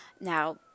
now